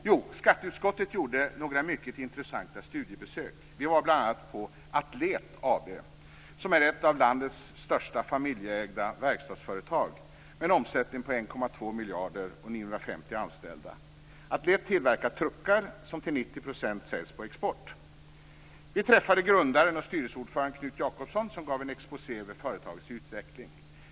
Jo, skatteutskottet gjorde några mycket intressanta studiebesök. Vi var bl.a. på Atlet AB som är ett av landets största familjeägda verkstadsföretag med en omsättning på 1,2 miljarder och med 950 anställda. Atlet tillverkar truckar som till 90 % säljs på export. Vi träffade grundaren och styrelseordföranden Knut Jakobsson som gav en exposé över företagets utveckling.